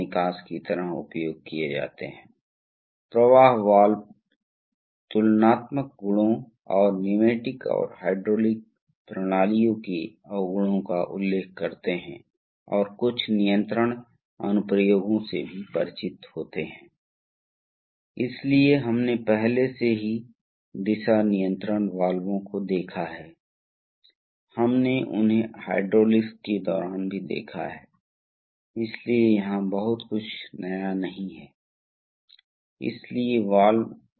इसलिए हम देखेंगे कि हम ऐसे सिस्टम के लिए ऊर्जा कैसे बचा सकते हैं और कभी कभी हम पाएंगे कि हमें इसकी आवश्यकता है आप जानते हैं कि हमें हाइड्रोलिक सिस्टम का उपयोग करके गति बनाने की आवश्यकता है इसलिए हमें फ़ीड को समायोजित करने की आवश्यकता है हमें लोड की आवश्यकता के आधार पर बलों को समायोजित करने की आवश्यकता है इसलिए उन्हें कैसे करना है और अंत में हम ये सभी सर्किट हम विशिष्ट हाइड्रोलिक प्रतीकों का उपयोग करते हुए कुछ का उपयोग करेंगे इसलिए हम इस पाठ के पाठ्यक्रम में देखेंगे हाइड्रोलिक प्रतीकों की व्याख्या कैसे करें कैसे समझें कि किस घटक का उपयोग किया जा रहा है और यह कैसे पता लगाया जाए कि सर्किट आरेख से हाइड्रोलिक सर्किट कैसे काम करते हैं